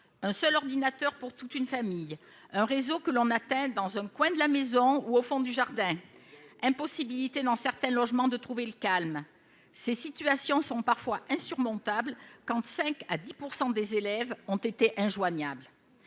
un seul ordinateur pour toute une famille ; un réseau que l'on atteint dans un coin de la maison ou au fond du jardin ; impossibilité dans certains logements de trouver le calme. Ces situations sont parfois insurmontables quand 5 à 10 % des élèves ont été injoignables.